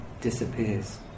disappears